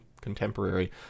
contemporary